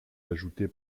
ajoutée